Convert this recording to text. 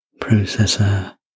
processor